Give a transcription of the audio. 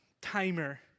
timer